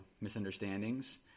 misunderstandings